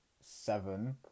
seven